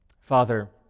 Father